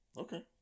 Okay